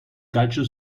calcio